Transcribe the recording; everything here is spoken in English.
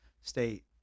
State